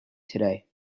today